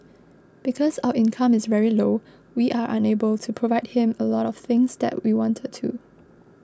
because our income is very low we are unable to provide him a lot of things that we wanted to